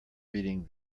reading